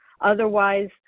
Otherwise